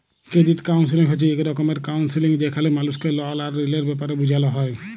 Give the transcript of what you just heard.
credit counselling হছে ইক রকমের কাউলসেলিংযেখালে মালুসকে লল আর ঋলের ব্যাপারে বুঝাল হ্যয়